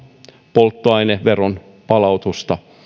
polttoaineveron palautusta